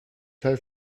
teil